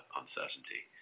uncertainty